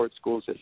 Schools